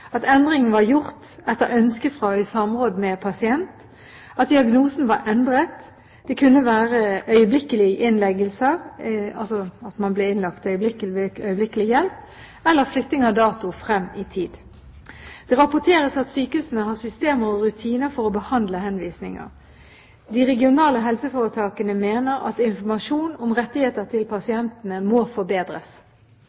at endring var gjort etter ønske fra og i samråd med pasient, at diagnosen var endret, det kunne være øyeblikkelig hjelp-innleggelser eller flytting av dato frem i tid. Det rapporteres at sykehusene har systemer og rutiner for å behandle henvisninger. De regionale helseforetakene mener at informasjon om rettigheter til